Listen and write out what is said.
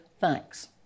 thanks